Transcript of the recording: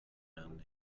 anni